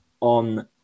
on